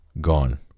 gone